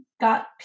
got